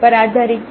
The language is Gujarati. પર આધારીત છે